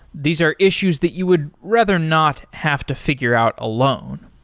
these are issues that you would rather not have to figure out alone.